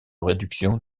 réduction